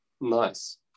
Nice